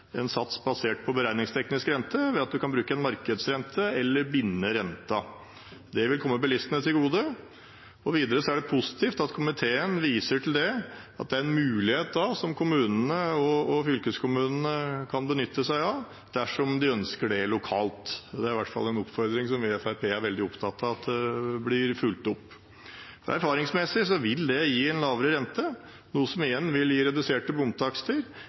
en sats basert på beregningsteknisk rente ved at en bruker markedsrente eller binding av renten. Det vil komme bilistene til gode. Videre er det positivt at komiteen viser til at dette er en mulighet som kommunene og fylkeskommunen kan benytte seg av dersom de ønsker det lokalt. Det er i hvert fall en oppfordring som vi i Fremskrittspartiet er opptatt av blir fulgt opp. Erfaringsmessig vil det gi en lavere rente, noe som igjen vil gi reduserte